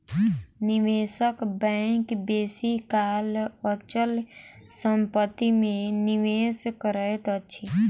निवेशक बैंक बेसी काल अचल संपत्ति में निवेश करैत अछि